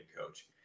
coach